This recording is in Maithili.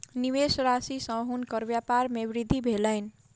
निवेश राशि सॅ हुनकर व्यपार मे वृद्धि भेलैन